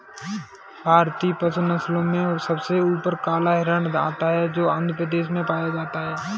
भारतीय पशु नस्लों में सबसे ऊपर काला हिरण आता है जो आंध्र प्रदेश में पाया जाता है